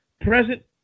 Present